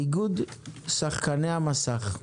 איגוד שחקני המסך.